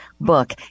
book